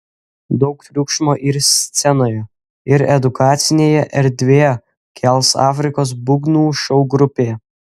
daug triukšmo ir scenoje ir edukacinėje erdvėje kels afrikos būgnų šou grupė